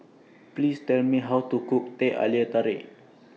Please Tell Me How to Cook Teh Halia Tarik